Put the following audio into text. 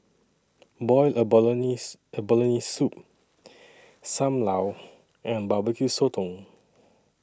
boiled abalone Soup SAM Lau and Barbecue Sotong